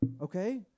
Okay